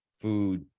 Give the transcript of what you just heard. food